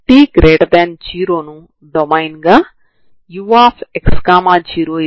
కాబట్టి u1xt మరియు u2xt లను uxt లో ప్రతిక్షేపిస్తే uxtu1xtu2xt అవుతుంది